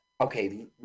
Okay